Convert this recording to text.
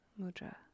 mudra